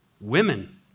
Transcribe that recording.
Women